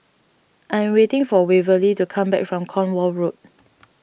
I'm waiting for Waverly to come back from Cornwall Road